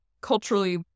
culturally